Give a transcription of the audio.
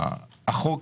החוק